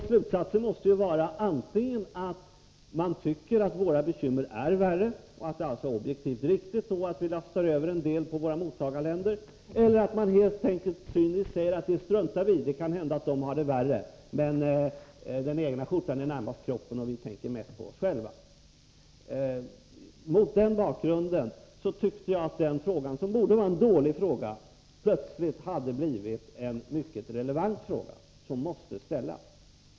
Slutsatsen måste ju vara antingen att man tycker att våra bekymmer är värre och att det alltså är objektivt riktigt att vi lastar över en del på våra 23 mottagarländer, eller att man helt enkelt cyniskt säger att vi struntar i dem, att det kan hända att de har det värre, men att den egna skjortan är närmast kroppen och att vi därför tänker mest på oss själva. Mot den bakgrunden tyckte jag att denna fråga, som borde vara en dålig fråga, plötsligt hade blivit en mycket relevant fråga, som måste ställas.